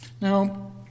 Now